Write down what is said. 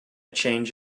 change